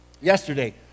yesterday